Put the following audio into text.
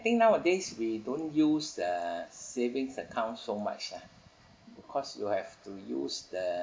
I think nowadays we don't use uh savings account so much lah because you have to use the